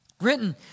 Written